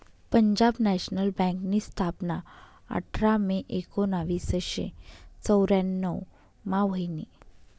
Punjab national बँकनी स्थापना आठरा मे एकोनावीसशे चौर्यान्नव मा व्हयनी